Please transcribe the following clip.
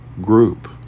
group